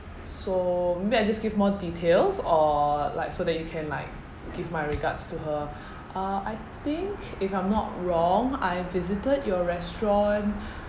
so maybe I just give more details or like so that you can like give my regards to her uh I think if I'm not wrong I visited your restaurant